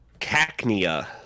Cacnea